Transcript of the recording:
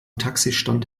taxistand